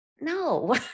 No